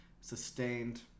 sustained